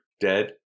dead